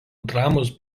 dramos